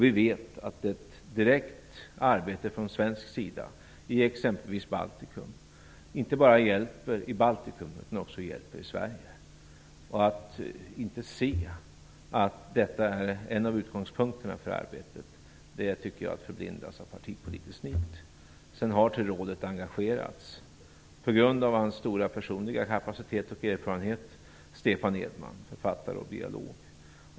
Vi vet att ett direkt arbete från svensk sida i t.ex. Baltikum inte bara hjälper i Baltikum utan också i Sverige. Att inte se att detta är en av utgångspunkterna för arbetet tycker jag är att förblindas av partipolitisk nit. Till rådet har engagerats Stefan Edman, författare och biolog, på grund av sin stora personliga kapacitet och erfarenhet.